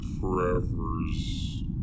Forever's